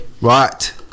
right